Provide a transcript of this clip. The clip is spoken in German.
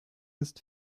ist